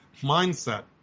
mindset